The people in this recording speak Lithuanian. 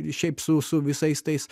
šiaip su su visais tais